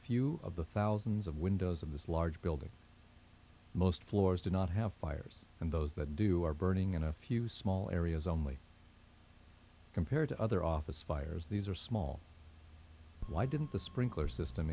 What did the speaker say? few of the thousands of windows of this large building most floors do not have fires and those that do are burning in a few small areas only compared to other office fires these are small why didn't the sprinkler system